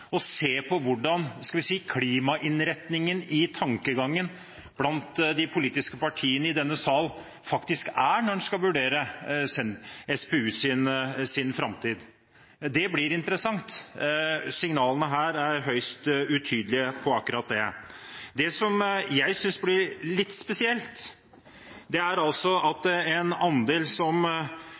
se på hvordan klimainnretningen i tankegangen blant de politiske partiene i denne sal faktisk er når en skal vurdere SPUs framtid. Det blir interessant. Signalene her er høyst utydelige når det gjelder akkurat det. Det som jeg synes blir litt spesielt, er at en andel som